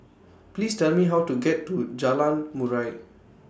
Please Tell Me How to get to Jalan Murai